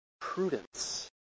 prudence